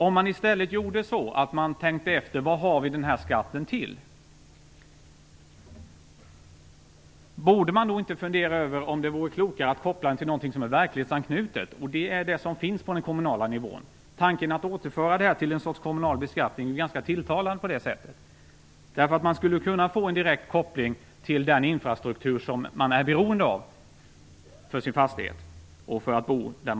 Om man tänkte efter vad vi har den här skatten till, borde man då inte fundera över om det inte vore klokare att koppla skatten till något som är verklighetsanknutet? Det är det som finns på den kommunala nivån. Tanken att återföra det här till ett slags kommunal beskattning blir på det sättet ganska tilltalande. Man skulle kunna få en direkt koppling till den infrastruktur som man är beroende av för sin fastighet och sitt boende.